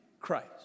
Christ